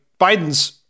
Biden's